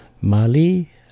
Mali